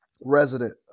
resident